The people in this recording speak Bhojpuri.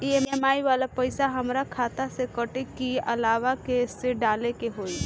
ई.एम.आई वाला पैसा हाम्रा खाता से कटी की अलावा से डाले के होई?